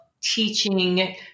teaching